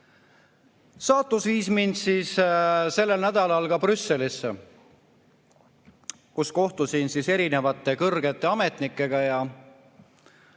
Saatus viis mind sellel nädalal Brüsselisse, kus kohtusin erinevate kõrgete ametnikega.